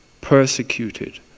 persecuted